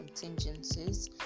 contingencies